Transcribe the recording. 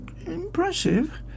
impressive